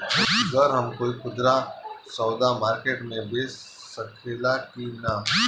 गर हम कोई खुदरा सवदा मारकेट मे बेच सखेला कि न?